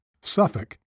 Suffolk